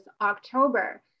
October